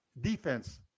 defense